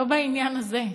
לא בעניין הזה.